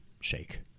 shake